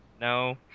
No